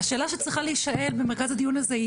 והשאלה שצריכה להישאל במרכז הדיון הזה היא